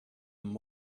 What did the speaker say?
and